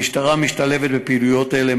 המשטרה משתלבת בפעילויות אלה,